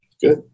Good